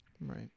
right